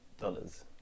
dollars